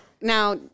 now